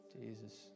Jesus